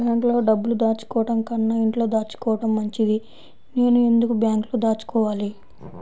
బ్యాంక్లో డబ్బులు దాచుకోవటంకన్నా ఇంట్లో దాచుకోవటం మంచిది నేను ఎందుకు బ్యాంక్లో దాచుకోవాలి?